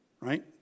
Right